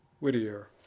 Whittier